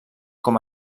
com